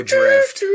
Drift